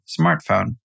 smartphone